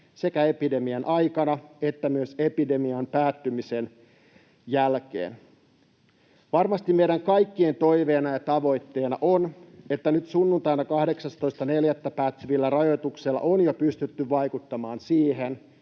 sekä epidemian aikana että myös epidemian päättymisen jälkeen. Varmasti meidän kaikkien toiveena ja tavoitteena on, että nyt sunnuntaina 18.4. päättyvillä rajoituksilla on jo pystytty vaikuttamaan siihen,